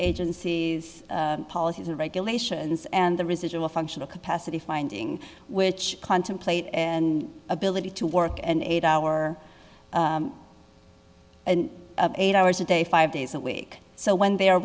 agencies policies or regulations and the residual function of capacity finding which contemplate and ability to work and eight hour eight hours a day five days a week so when they are